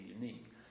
unique